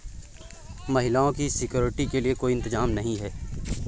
महिलाओं की सिक्योरिटी के लिए कोई इंतजाम नहीं है